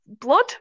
blood